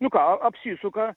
nu ką apsisuka